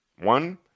One